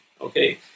Okay